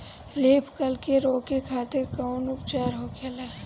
Leaf curl के रोके खातिर कउन उपचार होखेला?